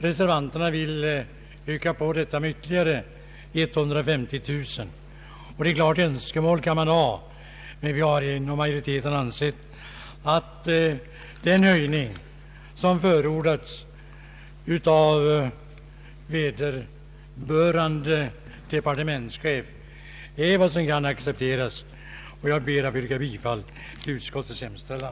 Reservanterna vill öka på detta med ytterligare 200000 kronor. Önskemål kan man naturligtvis alltid ha. Utskottets majoritet anser att den höjning som förordats av vederbörande departementschef är vad som nu kan accepteras. Jag ber därför att få yrka bifall till utskottets hemställan.